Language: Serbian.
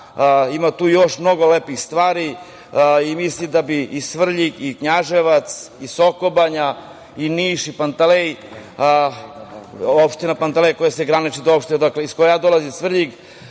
Ima tu još mnogo lepih stvari. Mislim da bi i Svrljig i Knjaževac i Sokobanja i Niš i Pantelej, opština Pantelej koja se graniči sa opštinom iz koje ja dolazim Svrljig